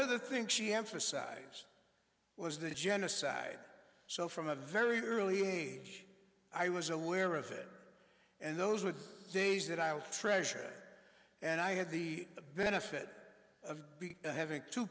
of the think she emphasized i was the genocide so from a very early age i was aware of it and those with days that i'll treasure and i had the benefit of having two